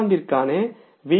காலாண்டிற்கான we